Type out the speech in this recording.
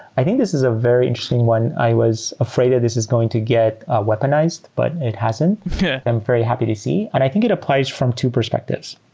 i think this is a very interesting one. i was afraid that this is going to get a weaponized, but it hasn't. yeah i'm very happy to see. and i think it applied from two perspectives.